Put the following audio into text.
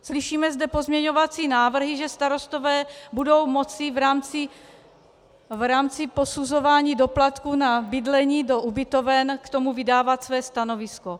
Slyšíme zde pozměňovací návrhy, že starostové budou moci v rámci posuzování doplatků na bydlení do ubytoven k tomu vydávat své stanovisko.